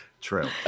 True